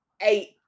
eight